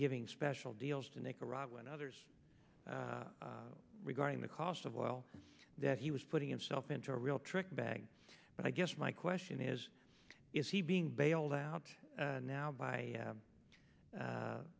giving special deals to nicaragua and others regarding the cost of well that he was putting himself into a real trick bag but i guess my question is is he being bailed out now by